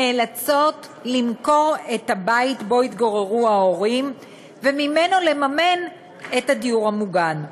נאלצות למכור את הבית שבו התגוררו ההורים וממנו לממן את הדיור המוגן,